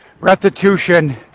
restitution